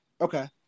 Okay